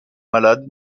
malade